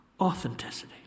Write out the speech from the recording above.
Authenticity